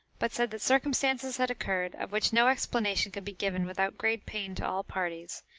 but said that circumstances had occurred, of which no explanation could be given without great pain to all parties,